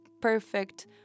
perfect